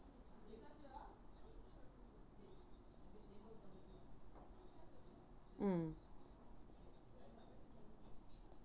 mm